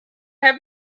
have